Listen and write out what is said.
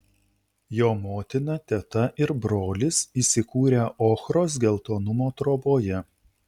jo motina teta ir brolis įsikūrę ochros geltonumo troboje